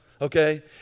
Okay